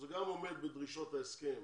זה גם עומד בדרישות ההסכם